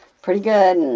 pretty good,